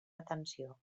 retenció